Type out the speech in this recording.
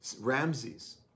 Ramses